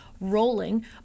rolling